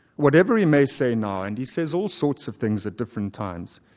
whatever he may say now and he says all sorts of things at different times,